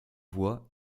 voies